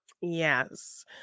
Yes